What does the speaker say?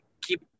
keep